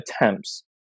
attempts